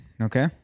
Okay